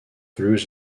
through